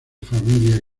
familia